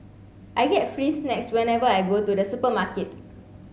I get free snacks whenever I go to the supermarket